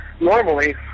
normally